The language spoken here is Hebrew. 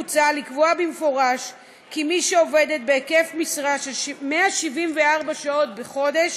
מוצע לקבוע במפורש כי מי שעובדת בהיקף משרה של 174 שעות בחודש